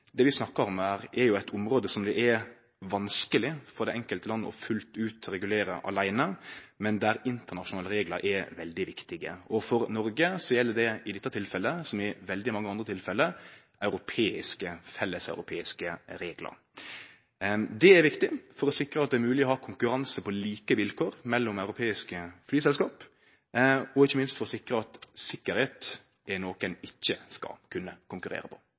Det vi snakkar om her, er eit område som det er vanskeleg for det enkelte land fullt ut å regulere aleine, men der internasjonale reglar er veldig viktige, og for Noreg gjeld det i dette tilfellet, som i veldig mange andre tilfelle, felleseuropeiske reglar. Det er viktig for å sikre at det er mogleg å ha konkurranse på like vilkår mellom europeiske flyselskap, og ikkje minst for å sikre at sikkerheit er noko ein ikkje skal kunne konkurrere på.